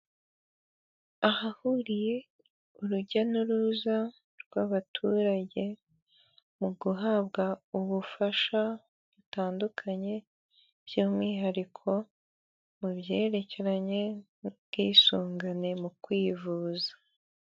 Ahahuriye urujya n'uruza rw'abaturage, mu guhabwa ubufasha butandukanye, by'umwihariko mu byerekeranye n'ubwisungane mu kwivuza.